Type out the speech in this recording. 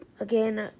Again